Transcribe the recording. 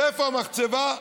ואיפה המחצבה?